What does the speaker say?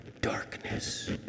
darkness